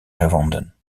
gevonden